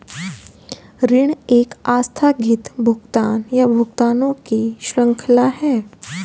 ऋण एक आस्थगित भुगतान, या भुगतानों की श्रृंखला है